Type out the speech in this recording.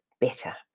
better